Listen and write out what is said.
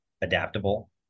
adaptable